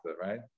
right